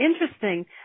interesting